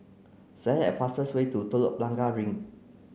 select the fastest way to Telok Blangah Green